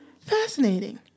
fascinating